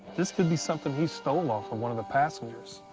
this could be something he stole off of one of the passengers,